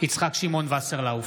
יצחק שמעון וסרלאוף,